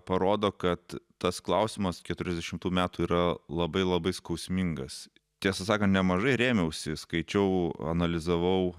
parodo kad tas klausimas keturiasdešimtų metų yra labai labai skausmingas tiesą sakant nemažai rėmiausi skaičiau analizavau